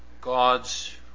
God's